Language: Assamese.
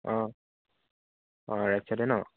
অঁ অঁ ৰাইট ছাইডে ন